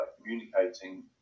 communicating